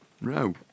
No